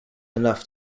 enough